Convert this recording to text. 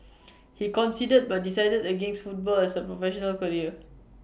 he considered but decided against football as A professional career